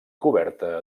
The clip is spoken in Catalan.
coberta